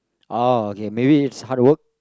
oh okay maybe is hard work